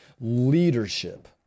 leadership